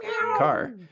car